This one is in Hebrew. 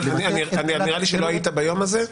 נראה לי שלא היית ביום הזה,